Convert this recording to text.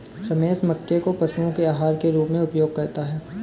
रमेश मक्के को पशुओं के आहार के रूप में उपयोग करता है